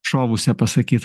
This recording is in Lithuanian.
šovusią pasakyt